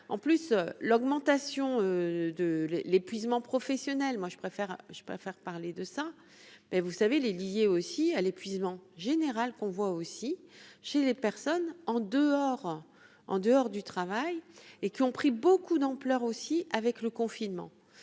en plus l'augmentation de l'épuisement professionnel, moi je préfère, je préfère parler de ça, mais vous savez les liée aussi à l'épuisement général qu'on voit aussi chez les personnes en dehors, en dehors du travail et qui ont pris beaucoup d'ampleur aussi avec le confinement,